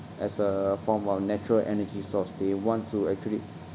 as a form of natural energy source they want to actually